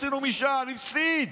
עשינו משאל, הפסיד,